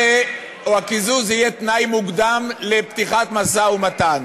או הקיזוז יהיה תנאי מוקדם לפתיחת משא ומתן.